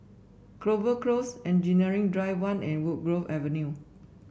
Clover Close Engineering Drive One and Woodgrove Avenue